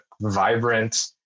vibrant